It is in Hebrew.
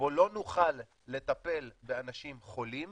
בו לא נוכל לטפל באנשים חולים